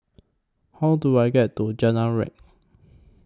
How Do I get to Jalan Riang